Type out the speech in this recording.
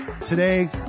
today